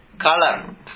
color